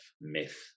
myth